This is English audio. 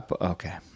Okay